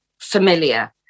familiar